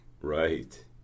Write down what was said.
Right